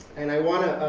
and i want to